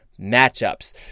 matchups